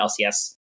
LCS